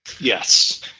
Yes